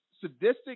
sadistic